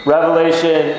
Revelation